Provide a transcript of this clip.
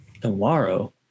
Tomorrow